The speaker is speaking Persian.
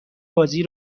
بازی